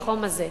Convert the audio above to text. בחום הזה,